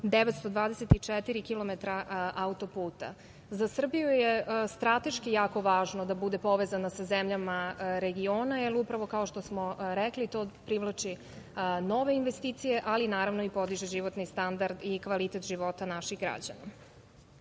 924 kilometra auto-puta.Za Srbiju je strateški jako važno da bude povezana sa zemljama regiona, jer upravo, kao što smo rekli, to privlači nove investicije ali naravno podiže životni standard i kvalitet života naših građana. Kako